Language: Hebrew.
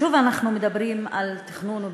שוב אנחנו מדברים על תכנון ובנייה,